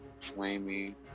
flaming